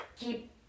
keep